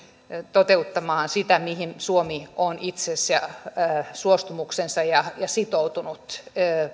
toteuttamaan sitä mihin suomi on ilmaissut suostumuksensa ja sitoutunut kysymyksessä